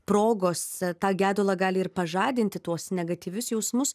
progos tą gedulą gali ir pažadinti tuos negatyvius jausmus